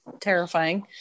terrifying